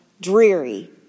dreary